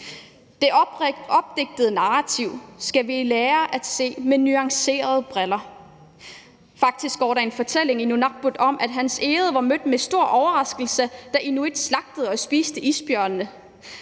Det opdigtede narrativ skal vi lære at se på med nuancerede briller. Faktisk går der en fortælling i nunarput om, at Hans Egede blev grebet af stor overraskelse, da inuit slagtede og spiste isbjørnene,